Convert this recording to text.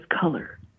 color